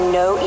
no